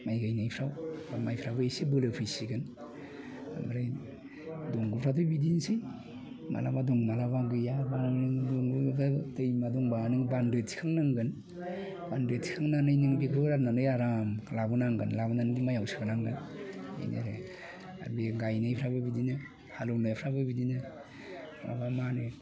माइ गायनायफ्राव माइफ्राबो एसे बोलो फैसिगोन ओमफ्राय दंग'फ्राबो बिदिनोसै माब्लाबा दं माब्लाबा गैया दा नों दैमा दंबा नों बान्दो थिखांनांगोन बान्दो थिखांनानै नों बेखौ राननानै आराम लाबोनांगोन लाबोनानै बे माइयाव सोनांगोन बेनो आरो बे गायनायफ्राबो बिदिनो हालेवनायफ्राबो बिदिनो माबा माहोनो